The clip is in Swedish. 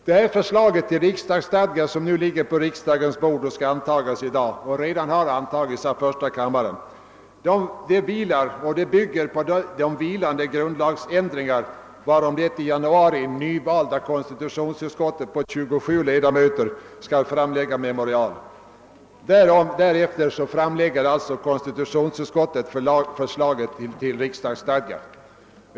Det förslag till riksdagsstadga som nu ligger på riksdagens bord och som vi skall fatta beslut om — det har redan antagits av första kammaren — bygger på de vilande grundlagsändringar om vilka det i januari nyvalda konstitutionsutskottet på 27 ledamöter skall framlägga ett memorial. Därefter framlägger konstitutionutskottet förslaget till riksdagsstadga.